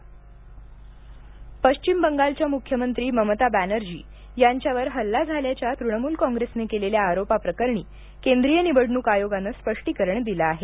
ममता हल्ला पश्चिम बंगालच्या मुख्यमंत्री ममता बॅनर्जी यांच्यावर हल्ला झाल्याच्या तृणमूल कॉंग्रेसनं केलेल्या आरोपाप्रकरणी केंद्रीय निवडणूक आयोगानं स्पष्टीकरण दिलं आहे